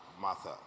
Martha